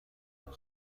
دارد